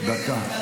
דקה,